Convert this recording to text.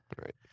right